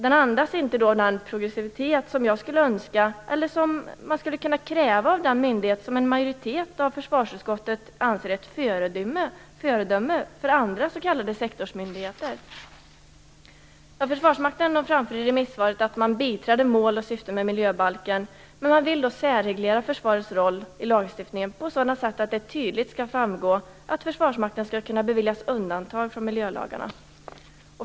Det andas inte den progressivitet som jag skulle önska eller som man skulle kunna kräva av den myndighet som en majoritet av försvarsutskottet anser vara ett föredöme för andra s.k. sektorsmyndigheter. Försvarsmakten framför i remissvaret att man biträder mål och syfte med miljöbalken, men att man vill särreglera försvarets roll i lagstiftningen på sådant sätt att det tydligt skall framgå att Försvarsmakten skall kunna beviljas undantag från miljölagarna.